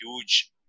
huge